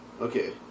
Okay